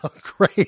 Great